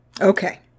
Okay